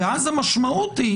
המשמעות היא